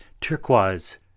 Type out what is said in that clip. Turquoise